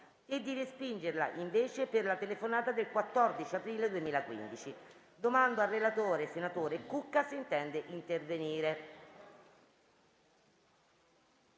e di respingerla invece per la telefonata del 14 aprile 2015. Chiedo al relatore, senatore Cucca, se intende intervenire.